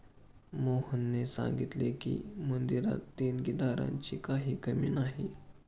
मोहनने सांगितले की, मंदिरात देणगीदारांची काही कमी नाही